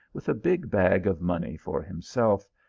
with a big bag of money for himself,